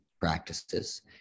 practices